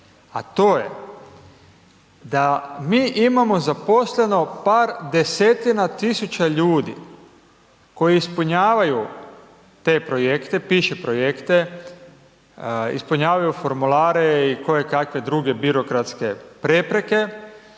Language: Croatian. a to je da mi imamo zaposleno par desetina tisuća ljudi koji ispunjavaju te projekte, piše projekte, ispunjavaju formulare i kojekakve druge birokratske prepreke